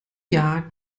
jahr